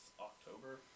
October